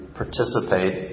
participate